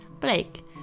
Blake